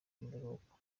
biruhuko